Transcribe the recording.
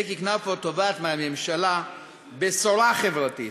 ויקי קנפו תובעת מהממשלה בשורה חברתית.